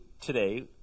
today